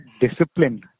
discipline